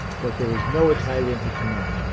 but there is no italian who cannot.